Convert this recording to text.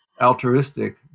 altruistic